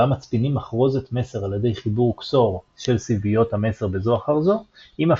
בה מצפינים מחרוזת מסר על ידי חיבור XOR של סיביות המסר בזו אחר זו,